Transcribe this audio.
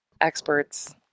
experts